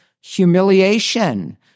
humiliation